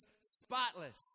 spotless